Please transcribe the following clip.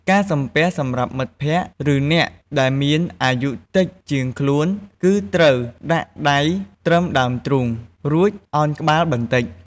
ការសំពះសម្រាប់មិត្តភ័ក្តិ ឬអ្នកដែលមានអាយុតិចជាងខ្លួន គឺត្រូវដាក់ដៃត្រឹមដើមទ្រូង រួចឱនក្បាលបន្តិច។